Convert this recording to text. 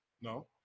No